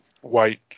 white